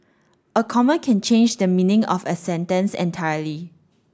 a comma can change the meaning of a sentence entirely